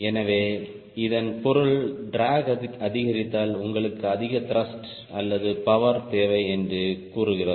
எனவே இதன் பொருள் ட்ராக் அதிகரித்தால் உங்களுக்கு அதிக த்ருஷ்ட் அல்லது பவர் தேவை என்று கூறுகிறது